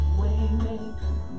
waymaker